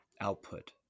output